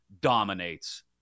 dominates